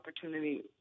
opportunity